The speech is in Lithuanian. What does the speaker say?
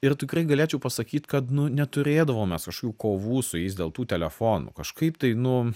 ir tikrai galėčiau pasakyt kad nu neturėdavom mes kažkokių kovų su jais dėl tų telefonų kažkaip tai nu